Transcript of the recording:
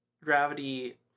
Gravity